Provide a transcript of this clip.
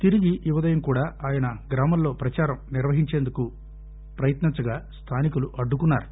తిరిగి ఈ ఉదయం కూడా ఆయన గ్రామంలో ప్రదారం నిర్వహించేందుకు ప్రయత్నించగా స్థానికులు అడ్డుకున్నారు